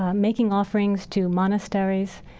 ah making offerings to monasteries,